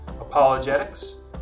apologetics